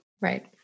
Right